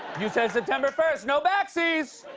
you said september first! no backsies!